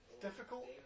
Difficult